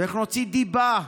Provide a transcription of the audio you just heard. ואיך נוציא דיבה,